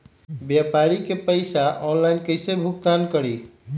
व्यापारी के पैसा ऑनलाइन कईसे भुगतान करी?